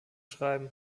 schreiben